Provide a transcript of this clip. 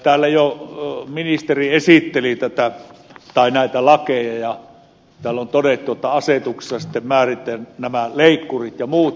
täällä jo ministeri esitteli näitä lakeja ja täällä esityksessä on todettu että asetuksella sitten määritellään nämä leikkurit ja muut